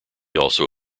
also